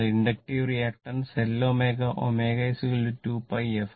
അതിനാൽ inductive reactance L ω ω 2πf